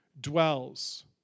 dwells